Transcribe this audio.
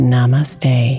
Namaste